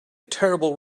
terrible